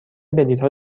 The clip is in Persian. بلیتها